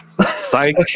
Psych